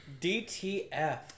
DTF